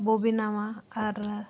ᱵᱚ ᱵᱮᱱᱟᱣᱟ ᱟᱨ